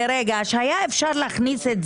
אתה לא צריך להילחם.